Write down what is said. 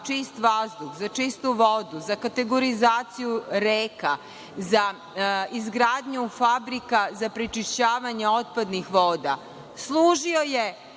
životne sredine, za čistu vodu, za kategorizaciju reka, za izgradnju fabrika, za prečišćavanje otpadnih voda. Služio je